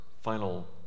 final